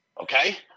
okay